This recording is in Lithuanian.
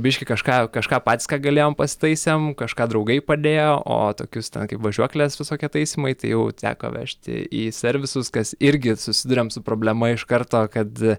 biškį kažką kažką patys ką galėjom pasitaisėm kažką draugai padėjo o tokius kaip važiuoklės visokie taisymai tai jau teko vežti į servisus kas irgi susiduriam su problema iš karto kad